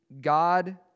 God